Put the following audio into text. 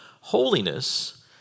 holiness